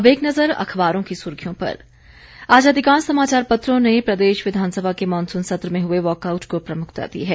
अब एक नज़र अखबारों की सुर्खियों पर आज सभी समाचार पत्रों ने हिमाचल प्रदेश विधानसभा के मॉनसून सत्र में हुए वाकआउट को प्रमुखता दी है